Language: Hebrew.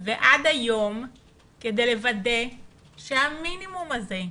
ועד היום כדי לוודא שהמינימום הזה,